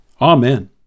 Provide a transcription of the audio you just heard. Amen